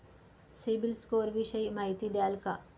CIBIL score विषयी माहिती द्याल का?